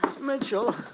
Mitchell